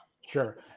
Sure